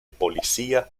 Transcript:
policía